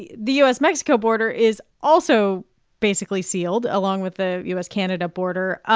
the the u s mexico border is also basically sealed along with the u s canada border.